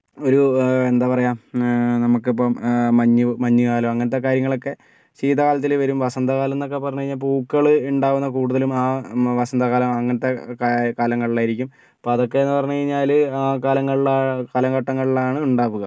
ഒരു എന്താ പറയുക നമുക്കിപ്പം മഞ്ഞ് മഞ്ഞുക്കാലം അങ്ങനത്തെ കാര്യങ്ങളൊക്കെ ശീതകാലത്തിൽ വരും വസന്തകാലം എന്നൊക്കെ പറഞ്ഞ് കഴിഞ്ഞാ പൂക്കള് ഉണ്ടാവുന്ന കൂടുതലും ആ വസന്തകാലം അങ്ങനത്തെ കാലങ്ങളിൽ ആയിരിക്കും അപ്പോൾ അതൊക്കെ എന്ന് പറഞ്ഞു കഴിഞ്ഞാല് ആ കാലങ്ങളിൽ കാലഘട്ടങ്ങളിലാണ് ഉണ്ടാവുക